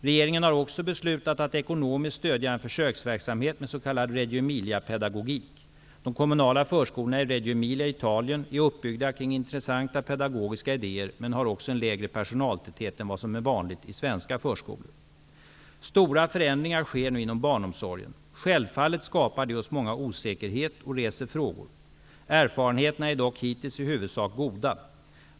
Regeringen har också beslutat att ekonomiskt stödja en försöksverksamhet med s.k. Reggio Emilia-pedagogik. De kommunala förskolorna i Reggio Emilia i Italien är uppbyggda kring intressanta pedagogiska idéer, men har också en lägre personaltäthet än vad som är vanligt i svenska förskolor. Stora förändringar sker nu inom barnomsorgen. Självfallet skapar det hos många osäkerhet och reser frågor. Erfarenheterna är dock hittills i huvudsak goda.